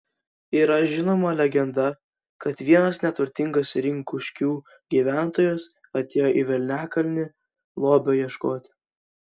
yra žinoma legenda kad vienas neturtingas rinkuškių gyventojas atėjo į velniakalnį lobio ieškoti